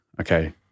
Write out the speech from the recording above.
okay